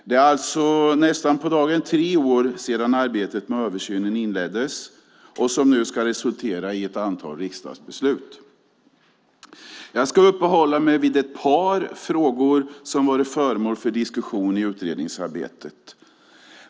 Det är alltså nästan på dagen tre år sedan det arbete med översynen inleddes som nu ska resultera i ett antal riksdagsbeslut. Jag ska uppehålla mig vid ett par frågor som har varit föremål för diskussion i utredningsarbetet.